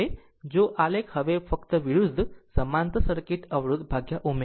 આમ હવે જો આલેખ હવે ફક્ત વિરુદ્ધ સમાંતર સર્કિટ અવરોધ ω